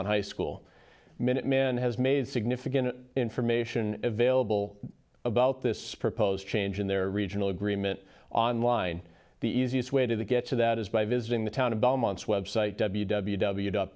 on high school minuteman has made significant information available about this proposed change in their regional agreement online the easiest way to get to that is by visiting the town of